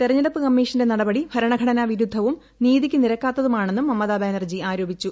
തെരഞ്ഞെടുപ്പ് കമ്മിഷന്റെ നടപടി ഭരണഘടനാ വിരുദ്ധവും നീതിക്ക് നിരക്കാത്തതുമാണെന്നും മമതാ ബാനർജി ആരോപിച്ചു